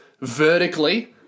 vertically